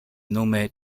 nome